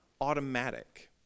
automatic